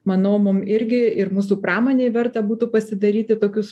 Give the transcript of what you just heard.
manau mum irgi ir mūsų pramonei verta būtų pasidaryti tokius